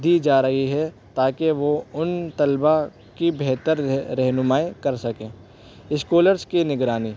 دی جا رہی ہے تاکہ وہ ان طلبہ کی بہتر رہ رہنمائی کر سکیں اسکالرس کی نگرانی